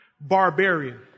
Barbarian